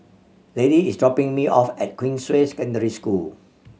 Lady is dropping me off at Queensway Secondary School